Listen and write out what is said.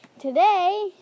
Today